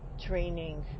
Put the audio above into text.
training